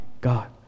god